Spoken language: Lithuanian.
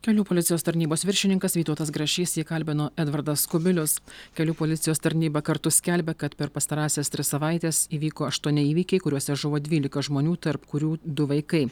kelių policijos tarnybos viršininkas vytautas grašys jį kalbino edvardas kubilius kelių policijos tarnyba kartu skelbia kad per pastarąsias tris savaites įvyko aštuoni įvykiai kuriuose žuvo dvylika žmonių tarp kurių du vaikai